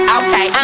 okay